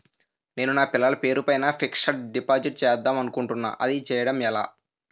నేను నా పిల్లల పేరు పైన ఫిక్సడ్ డిపాజిట్ చేద్దాం అనుకుంటున్నా అది చేయడం ఎలా?